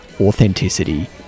authenticity